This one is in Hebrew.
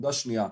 נקודה שנייה,